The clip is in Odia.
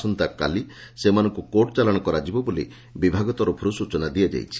ଆସନ୍ତାକାଲି ସେମାନଙ୍କୁ କୋର୍ଟ୍ ଚାଲାଶ କରାଯିବ ବୋଲି ବିଭାଗ ତରଫରୁ ସ୍ଚନା ଦିଆଯାଇଛି